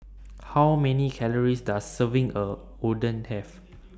How Many Calories Does A Serving of Oden Have